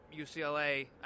UCLA